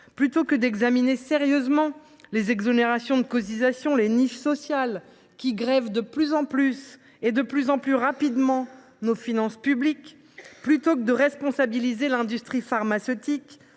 plutôt qu’examiner sérieusement les exonérations de cotisations et les niches sociales qui grèvent de plus en plus et de plus en plus rapidement nos finances publiques, plutôt que responsabiliser l’industrie pharmaceutique,